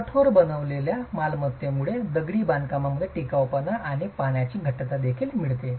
कठोर बनवलेल्या मालमत्तेमुळे दगडी बांधकामामध्ये टिकाऊपणा आणि पाण्याची घट्टता देखील मिळते